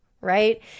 right